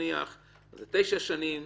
שזה תשע שנים,